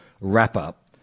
wrap-up